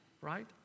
right